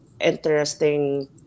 interesting